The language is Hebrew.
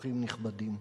אורחים נכבדים,